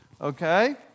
okay